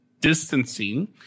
distancing